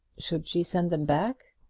should she send them back?